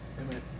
Amen